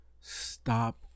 stop